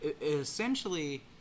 essentially